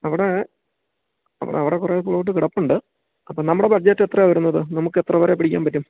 അവിടെ അവിടെ കുറേ പ്ലോട്ട് കിടപ്പുണ്ട് അപ്പം നമ്മുടെ ബഡ്ജറ്റ് എത്രയാണ് വരുന്നത് നമുക്ക് എത്ര വരെ പിടിക്കാൻ പറ്റും